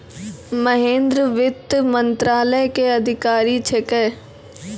महेन्द्र वित्त मंत्रालय के अधिकारी छेकै